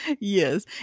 Yes